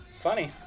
Funny